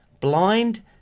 Blind